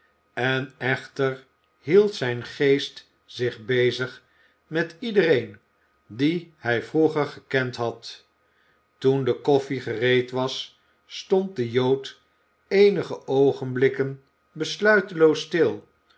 en echter hield zijn geest zich bezig met iedereen die hij vroeger gekend had toen de koffie gereed was stond de jood eenige oogenblikken besluiteloos stil